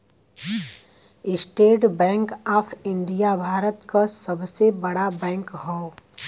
estate bank of India Bharat क सबसे बड़ा बैंक हौ